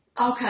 Okay